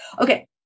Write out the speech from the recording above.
Okay